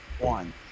one